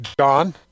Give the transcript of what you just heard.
John